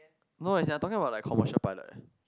no as in I talking about like commercial pilot